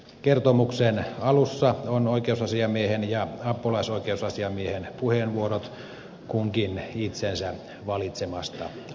kertomuksen alussa ovat oikeusasiamiehen ja apulaisoikeusasiamiesten puheenvuorot kunkin itsensä valitsemasta aiheesta